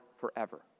forever